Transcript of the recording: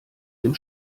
dem